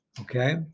Okay